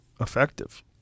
effective